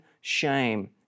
shame